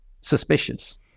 suspicious